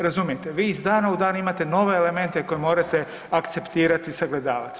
Razumijete, vi iz dana u dan imate nove elemente koje morate akceptirati, sagledavat.